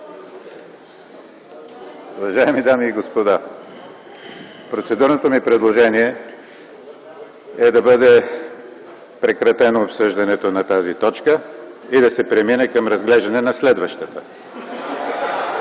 Уважаеми дами и господа, процедурното ми предложение е да бъде прекратено обсъждането на тази точка и да се премине към разглеждане на следващата